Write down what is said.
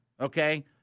okay